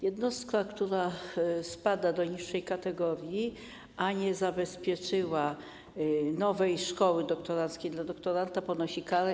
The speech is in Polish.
Jednostka, która spada do niższej kategorii, a nie zabezpieczyła nowej szkoły doktoranckiej dla doktoranta, ponosi karę.